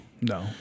No